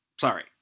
Sorry